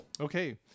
Okay